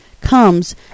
comes